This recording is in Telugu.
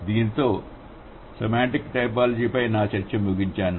దీనితో సెమాంటిక్ టైపోలాజీపై నా చర్చను ముగించాను